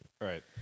Right